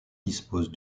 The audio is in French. dispose